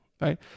right